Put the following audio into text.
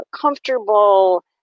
comfortable